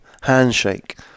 handshake